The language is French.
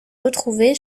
retrouvée